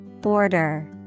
Border